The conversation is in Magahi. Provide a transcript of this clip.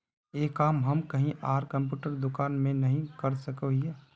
ये काम हम कहीं आर कंप्यूटर दुकान में नहीं कर सके हीये?